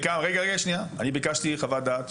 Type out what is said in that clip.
אני ביקשתי חוות דעת.